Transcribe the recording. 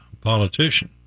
politician